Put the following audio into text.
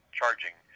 charging